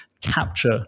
capture